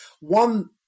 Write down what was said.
one